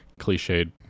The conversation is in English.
cliched